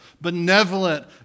benevolent